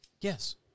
Yes